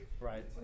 Right